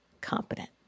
competent